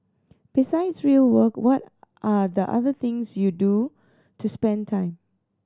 besides real work what are the other things you do to spend time